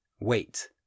wait